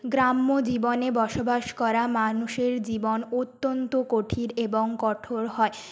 গ্রাম্যজীবনে বসবাস করা মানুষের জীবন অত্যন্ত কঠিন এবং কঠোর হয়